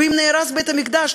ואם נהרס בית-המקדש,